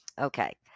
Okay